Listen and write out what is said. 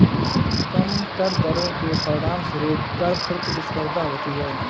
कम कर दरों के परिणामस्वरूप कर प्रतिस्पर्धा होती है